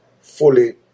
fully